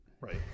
Right